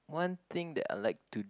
one thing that I like to